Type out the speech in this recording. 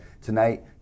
tonight